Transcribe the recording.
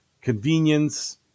convenience